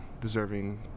deserving